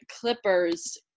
Clippers